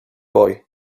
boy